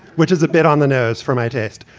which is a bit on the nose for my taste.